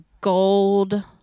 gold